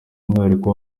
umwihariko